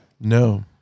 No